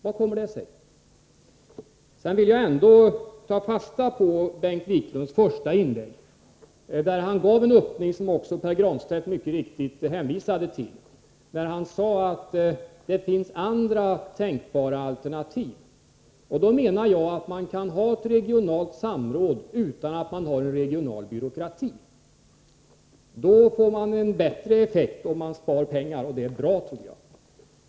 Jag vill trots allt ta fasta på Bengt Wiklunds första inlägg, där han gav en öppning, något som också Pär Granstedt mycket riktigt hänvisade till. Bengt Wiklund sade att det finns andra tänkbara alternativ. Jag menar att man kan ha ett regionalt samråd utan att man har en regional byråkrati. Man får en bättre effekt om man sparar pengar, och det tycker jag är bra.